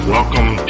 Welcome